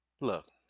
Look